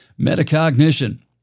metacognition